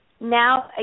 now